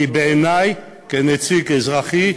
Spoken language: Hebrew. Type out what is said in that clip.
כי בעיני, כנציג אזרחי,